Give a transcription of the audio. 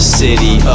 city